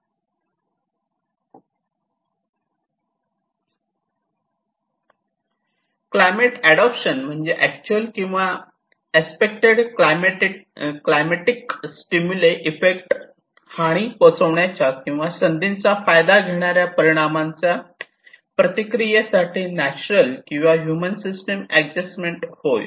climate adoption म्हणजे actual किंवा expected climatic stimuli effect हानी पोहोचविणार्या किंवा संधींचा फायदा घेणार्या परिणामांच्या प्रतिक्रियेसाठी नॅचरल किंवा ह्यूमन सिस्टम एडजस्टमेंट होय